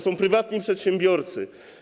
Są to prywatni przedsiębiorcy.